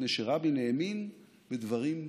מפני שרבין האמין בדברים פשוטים.